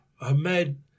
Ahmed